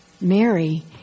Mary